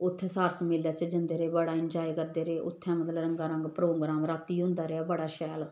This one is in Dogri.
उत्थै सार्स मेले च जंदे रेह् बड़ा इंजाय करदे रेह् उत्थै मतलब रंगा रंग प्रोग्राम रातीं होंदा रेहा बड़ा शैल